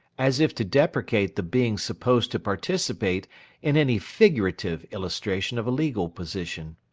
as if to deprecate the being supposed to participate in any figurative illustration of a legal position.